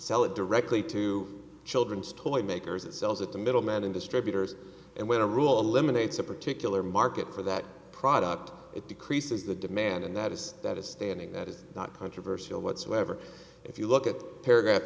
sell it directly to children's toy makers it sells at the middleman and distributors and when a rule eliminates a particular market for that product it decreases the demand and that is that is standing that is not controversial whatsoever if you look at paragraph